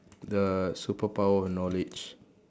the superpower of knowledge